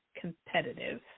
competitive